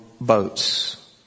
boats